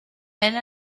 elle